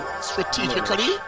strategically